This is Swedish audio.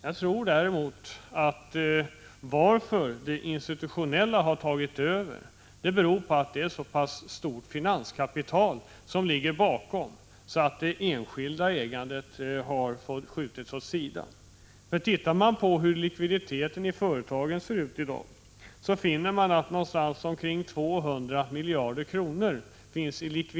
Att det institutionella aktieägandet har tagit över tror jag beror på att det är ett så stort finanskapital som ligger bakom detta och att det enskilda ägandet därigenom har skjutits åt sidan. Tittar man på hur likviditeten i företagen ser ut i dag finner man att företagens likviditet i dag är omkring 200 miljarder kronor.